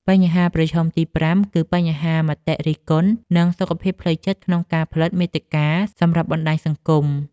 បញ្ហាប្រឈមទី៥ គឺបញ្ហាមតិរិះគន់ និងសុខភាពផ្លូវចិត្តក្នុងការផលិតមាតិកាសម្រាប់បណ្ដាញសង្គម។